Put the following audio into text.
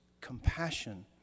compassion